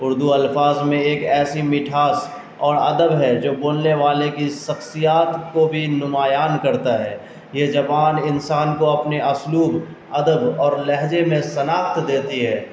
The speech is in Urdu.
اردو الفاظ میں ایک ایسی مٹھاس اور ادب ہے جو بولنے والے کی شخصیت کو بھی نمایاں کرتا ہے یہ زبان انسان کو اپنے اسلوب ادب اور لہجے میں شناخت دیتی ہے